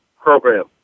program